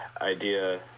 idea